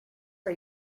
for